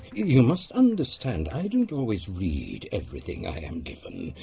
you must understand, i don't always read everything i'm given.